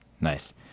Nice